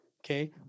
Okay